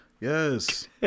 Yes